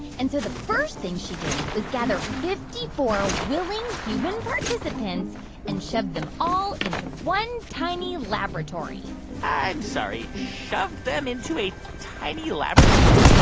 and so the first thing she did was gather fifty four willing human participants and shoved them all into one tiny laboratory i'm sorry. shoved them into a tiny laboratory?